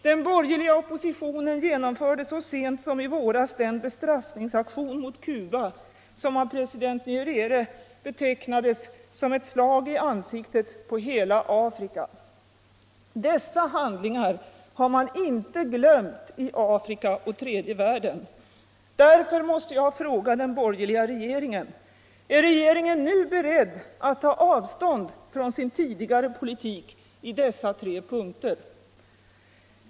Den borgerliga oppositionen genomförde så sent som i våras den bestraffningsaktion mot Cuba som av president Nycrere betecknades som ett slag i ansiktet på hela Afrika. Dessa handlingar har man inte glömt i Afrika och tredje världen. Därför måste jag fråga den borgerliga regeringen: Är regeringen nu beredd att ta avstånd från sin tidigare politik på dessa tre punkter?